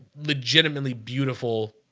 legitimately beautiful